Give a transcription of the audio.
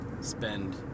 spend